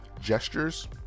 gestures